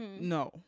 no